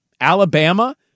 Alabama